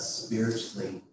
spiritually